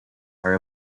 are